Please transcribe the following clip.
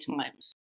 times